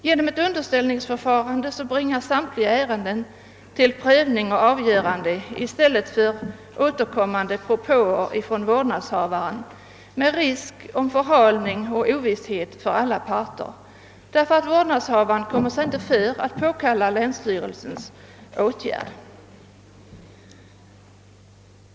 Genom ett underställningsförfarande prövas och avgöres samtliga ärenden; återkommande propåer från vårdnadshavaren skulle medföra risk för förhalning och ovisshet för alla parter. Vårdnadshavaren kommer sig nämligen inte för att påkalla länsstyrelsens åtgärd.